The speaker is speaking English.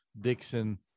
Dixon